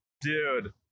dude